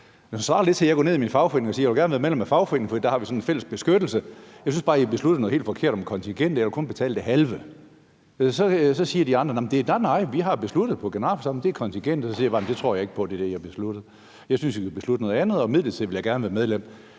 at jeg går ned i min fagforening og siger: Jeg vil gerne være medlem af fagforeningen, for der har vi sådan en fælles beskyttelse; jeg synes bare, I har besluttet noget helt forkert om kontingentet, og jeg vil kun betale det halve. Så siger de andre, at de har besluttet på generalforsamlingen, at det er kontingentet, og så siger jeg bare: Det tror jeg ikke på er det, I har besluttet, og jeg synes, I skal beslutte noget andet, og midlertidigt vil jeg gerne være medlem.